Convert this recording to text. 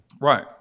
right